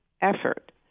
effort